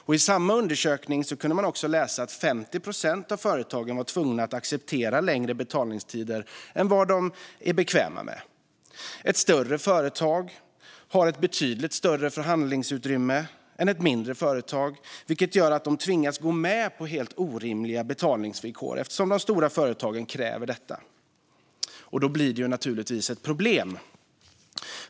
I samma undersökning kunde man läsa att 50 procent av företagen är tvungna att acceptera längre betalningstider än vad de är bekväma med. Större företag har ett betydligt större förhandlingsutrymme än mindre företag, vilket gör att de mindre företagen tvingas gå med på helt orimliga betalningsvillkor eftersom de stora företagen kräver detta. Det blir naturligtvis ett problem.